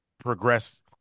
progress